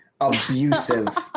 Abusive